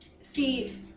See